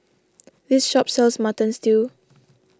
this shop sells Mutton Stew